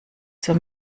zur